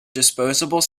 disposable